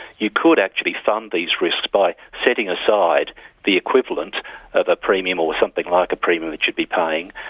you could actually fund these risks by setting aside the equivalent of a premium or something like a premium which you'd be paying,